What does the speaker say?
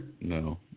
No